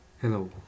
Hello